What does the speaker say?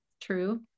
true